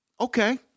Okay